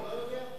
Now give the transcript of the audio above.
דב לא יודע?